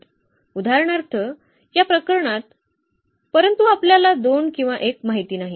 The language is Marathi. उदाहरणार्थ या प्रकरणात परंतु आपल्याला 2 किंवा 1 माहित नाही